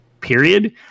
period